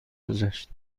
گذشت